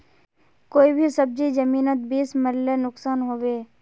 कोई भी सब्जी जमिनोत बीस मरले नुकसान होबे?